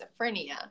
schizophrenia